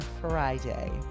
friday